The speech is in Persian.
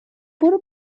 برو